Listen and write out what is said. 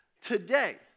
today